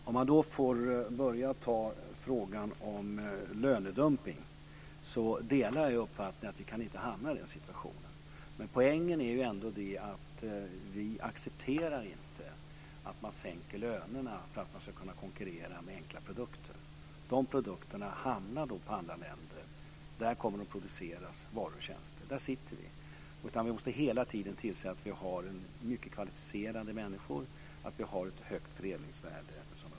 Herr talman! Låt mig börja med frågan om lönedumpning. Jag delar uppfattningen att vi inte kan hamna i den situationen. Poängen är att vi inte accepterar att man sänker lönerna för att man ska kunna konkurrera med enkla produkter. De produkterna hamnar då i andra länder. Där kommer varor och tjänster att produceras. Vi måste hela tiden se till att vi har mycket kvalificerade människor och att vi, som jag sade tidigare, har ett högt fördelningsvärde.